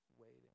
waiting